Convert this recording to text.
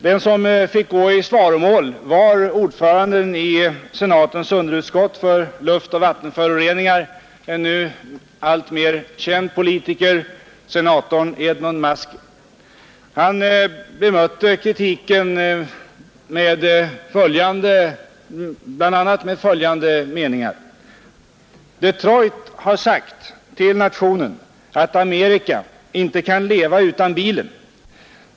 Den som fick gå i svaromål var ordföranden i senatens underutskott för luftoch vattenföroreningar, en nu alltmer känd politiker, nämligen senatorn Edmund Muskie. Han bemötte kritiken med bl.a. följande: ”Detroit har sagt till nationen att Amerika inte kan leva utan bilen.